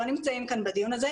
לא נמצאים כאן בדיון הזה,